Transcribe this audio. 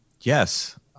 Yes